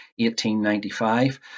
1895